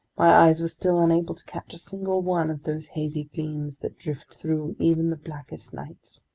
my eyes were still unable to catch a single one of those hazy gleams that drift through even the blackest nights.